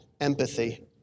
empathy